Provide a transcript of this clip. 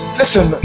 listen